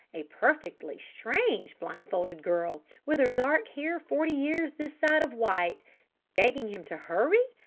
a perfectly strange blindfolded girl. with her dark hair forty years this side of white begging him to hurry.